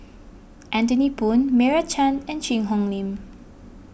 Anthony Poon Meira Chand and Cheang Hong Lim